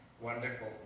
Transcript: wonderful